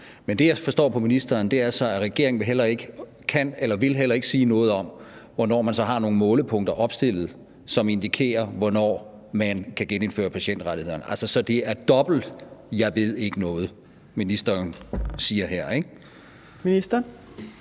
men det, jeg forstår på ministeren, er så, at regeringen heller ikke kan eller vil sige noget om, hvornår man så har nogle målepunkter opstillet, som indikerer, hvornår man kan genindføre patientrettigheder. Altså, så det er dobbelt »jeg ved ikke noget«, hvad ministeren siger her, ikke?